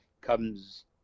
comes